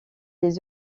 les